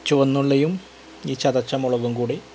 ചുവന്നുള്ളിയും ഈ ചതച്ച മുളകും കൂടി